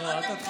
שלא יהיה פה,